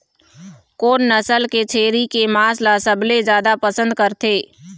कोन नसल के छेरी के मांस ला सबले जादा पसंद करथे?